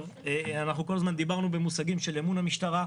כל הזמן דיברנו במושגים של אמון המשטרה.